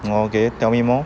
oh okay tell me more